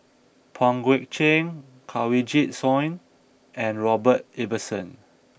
Pang Guek Cheng Kanwaljit Soin and Robert Ibbetson